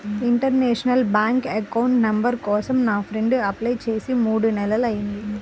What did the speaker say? international bank account number కోసం నా friend apply చేసి మూడు నెలలయ్యింది